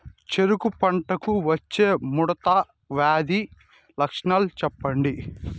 చెరుకు పంటకు వచ్చే ముడత వ్యాధి లక్షణాలు చెప్పండి?